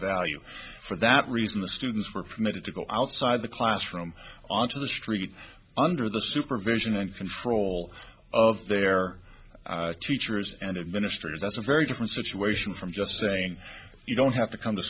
value for that reason the students for permitted to go outside the classroom onto the street under the supervision and control of their teachers and administrators that's a very different situation from just saying you don't have to come to